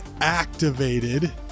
activated